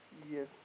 yes